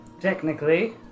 technically